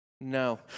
No